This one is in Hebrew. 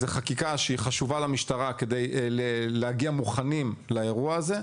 זו חקיקה שהיא חשובה למשטרה כדי להגיע מוכנים לאירוע הזה.